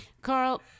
Carl